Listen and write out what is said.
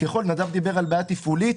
נדב דיבר על בעיה תפעולית.